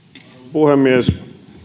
puhemies